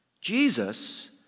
Jesus